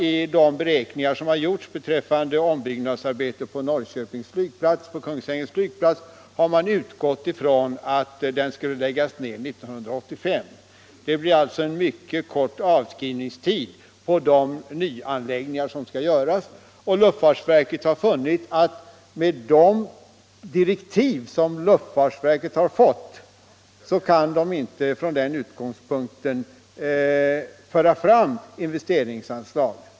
I de beräkningar som har gjorts beträffande ombyggnadsarbete på Kungsängens flygplats har man utgått från att den skulle läggas ned 1985. Det blir alltså en mycket kort avskrivningstid för de nya anläggningar som skulle göras, och luftfartsverket har funnit att det utifrån sina direktiv inte kan föra fram förslag om investeringsanslag.